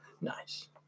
nice